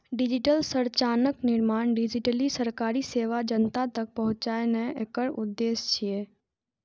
digital संरचनाक निर्माण, digitally सरकारी सेवा जनता तक पहुंचेनाय एकर उद्देश्य छियै